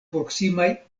proksimaj